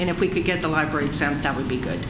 and if we could get the library exempt that would be good